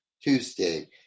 Tuesday